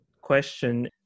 question